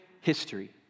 history